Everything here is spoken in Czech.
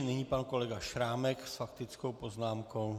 Nyní pan kolega Šrámek s faktickou poznámkou.